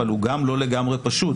אבל הוא גם לא לגמרי פשוט,